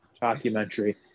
documentary